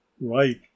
right